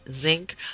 zinc